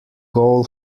goal